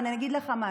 ואני אגיד לך משהו: